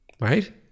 right